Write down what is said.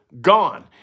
gone